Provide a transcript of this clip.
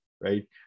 right